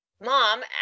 mom